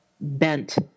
bent